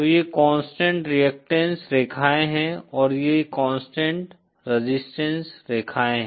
तो ये constant reactance रेखाएँ हैं और ये कांस्टेंट रेजिस्टेंस रेखाएँ हैं